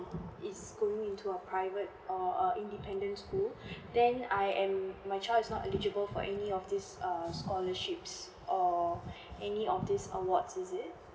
is going into a private uh uh independent school then I am my child is not eligible for any of this err scholarships or any of these awards is it